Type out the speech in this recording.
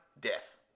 death